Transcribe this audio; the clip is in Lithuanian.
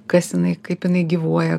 kas jinai kaip jinai gyvuoja